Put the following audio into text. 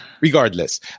regardless